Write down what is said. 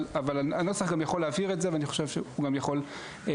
אבל הנוסח גם יכול להבהיר את זה ואני חושב שהוא גם יכול להרגיע.